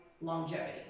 longevity